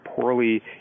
poorly